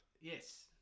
yes